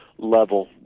level